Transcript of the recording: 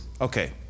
Okay